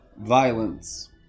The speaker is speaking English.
violence